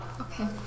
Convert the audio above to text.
Okay